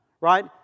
Right